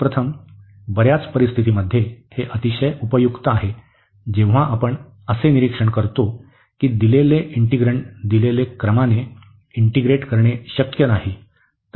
सर्वप्रथम बर्याच परिस्थितींमध्ये हे अतिशय उपयुक्त आहे जेव्हा आपण असे निरीक्षण करतो की दिलेले इंटिग्रण्ड दिलेले क्रमाने इंटीग्रेट करणे शक्य नाही